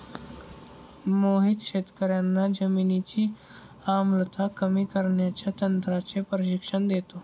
मोहित शेतकर्यांना जमिनीची आम्लता कमी करण्याच्या तंत्राचे प्रशिक्षण देतो